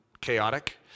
chaotic